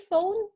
phone